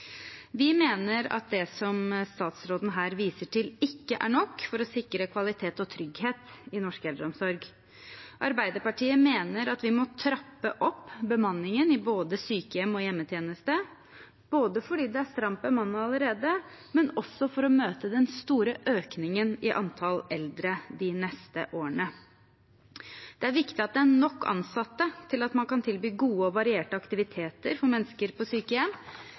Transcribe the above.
Vi mener at det som statsråden her viser til, ikke er nok for å sikre kvalitet og trygghet i norsk eldreomsorg. Arbeiderpartiet mener at vi må trappe opp bemanningen i både sykehjem og hjemmetjeneste, både fordi det er stramt bemannet allerede og for å møte den store økningen i antall eldre de neste årene. Det er viktig at det er nok ansatte til at man kan tilby gode og varierte aktiviteter for mennesker på sykehjem,